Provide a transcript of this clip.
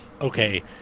okay